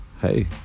Hey